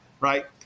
right